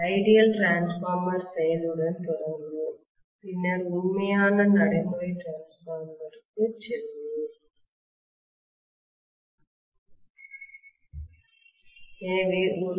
ideal transformer செயலுடன் தொடங்குவோம் பின்னர் உண்மையான நடைமுறை டிரான்ஸ்பார்மர் க்கு செல்வோம்